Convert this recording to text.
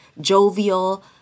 jovial